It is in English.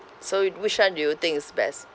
so which one do you think is best